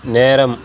நேரம்